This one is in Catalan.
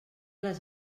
les